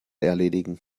erledigen